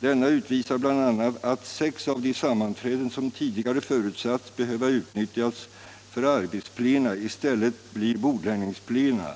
Denna utvisar bl.a. att sex av de sammanträden som tidigare förutsatts behöva utnyttjas för arbetsplena i stället blir bordläggningsplena